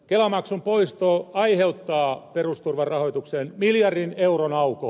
kelamaksun poisto aiheuttaa perusturvan rahoitukseen miljardin euron aukon